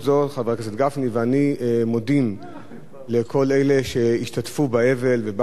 חבר הכנסת גפני ואני מודים לכל אלה שהשתתפו באבל ובאו גם